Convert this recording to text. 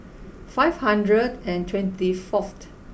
five hundred and twenty fourth